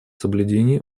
соблюдение